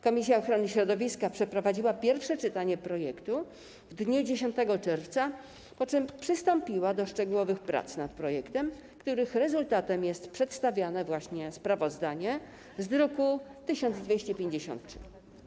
Komisja ochrony środowiska przeprowadziła pierwsze czytanie projektu w dniu 10 czerwca, po czym przystąpiła do szczegółowych prac nad projektem, których rezultatem jest przedstawiane właśnie sprawozdanie z druku nr 1253.